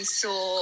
saw